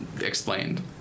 explained